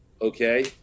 okay